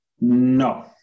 No